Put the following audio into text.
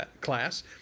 class